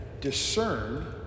discern